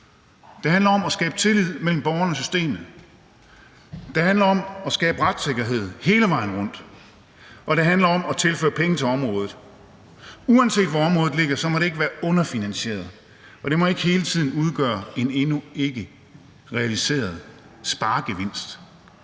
Det handler om at skabe tillid mellem borgeren og systemet, det handler om at skabe retssikkerhed hele vejen rundt, og det handler om at tilføre penge til området. Uanset hvor området ligger, må det ikke være underfinansieret, og det må ikke hele tiden udgøre en endnu ikke realiseret sparegevinst.